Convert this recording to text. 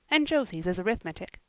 and josie's is arithmetic.